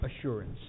assurance